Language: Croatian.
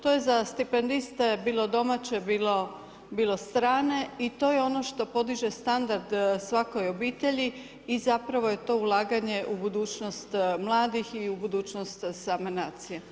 To je za stipendiste bilo domaće, bilo strane i to je ono što podiže standard svakoj obitelji i zapravo je to ulaganje u budućnost mladih i u budućnost same nacije.